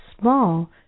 small